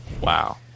Wow